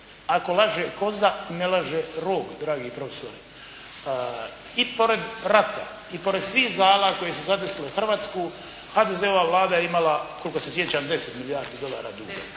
ako laže koza, ne laže rog dragi profesore. I pored rata i pored svih zala koje su zadesile Hrvatsku, HDZ-ova Vlada je imala koliko se sjećam 10 milijardi dolara duga.